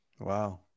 Wow